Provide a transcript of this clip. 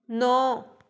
ਨੌ